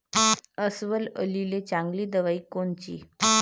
अस्वल अळीले चांगली दवाई कोनची?